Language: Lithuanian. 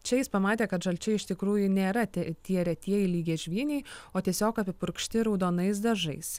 čia jis pamatė kad žalčiai iš tikrųjų nėra ti tie retieji lygiažvyniai o tiesiog apipurkšti raudonais dažais